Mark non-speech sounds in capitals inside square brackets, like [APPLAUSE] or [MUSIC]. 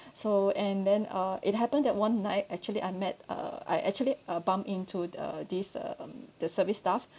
[BREATH] so and then uh it happened that one night actually I met uh I actually uh bump into the this uh um the service staff